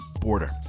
border